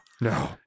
No